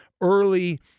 early